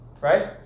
right